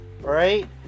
right